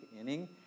inning